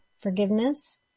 forgiveness